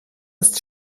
ist